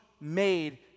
made